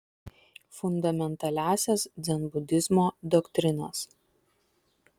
fundamentaliąsias dzenbudizmo doktrinas